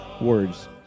words